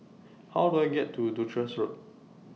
How Do I get to Duchess Road